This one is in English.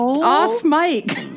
off-mic